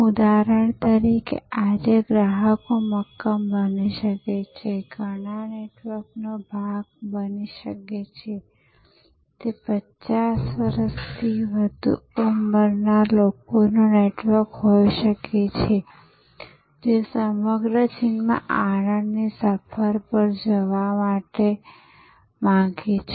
ઉદાહરણ તરીકે આજે ગ્રાહકો મક્કમ બની શકે છે ઘણા નેટવર્કનો ભાગ બની શકે છે તે 50 વર્ષથી વધુ ઉંમરના લોકોનું નેટવર્ક હોઈ શકે છે જે સમગ્ર ચીનમાં આનંદની સફર પર જવા માગે છે